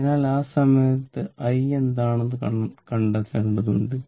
അതിനാൽ ആ സമയത്ത് i എന്താണെന്ന് കണ്ടെത്തേണ്ടതുണ്ട്